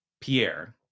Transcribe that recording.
Pierre